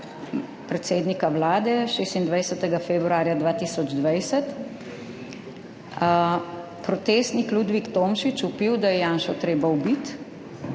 predsednika Vlade 26. februarja 2020, protestnik Ludvik Tomšič vpil, da je Janšo treba ubiti.